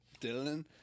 Dylan